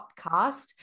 podcast